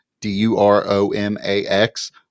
D-U-R-O-M-A-X